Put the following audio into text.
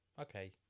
Okay